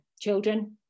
children